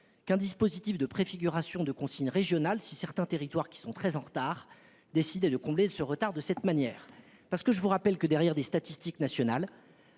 un dispositif de préfiguration de consignes régionales, si certains territoires qui sont très en retard décidaient de combler leur retard de cette manière. Je rappelle en effet que, derrière les statistiques nationales,